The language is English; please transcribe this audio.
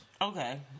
Okay